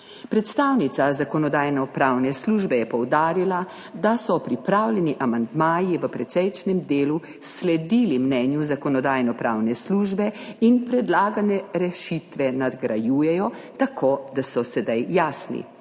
Predstavnica Zakonodajno-pravne službe je poudarila, da so pripravljeni amandmaji v precejšnjem delu sledili mnenju Zakonodajno-pravne službe in predlagane rešitve nadgrajujejo tako, da so sedaj jasni.